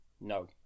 No